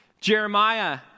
Jeremiah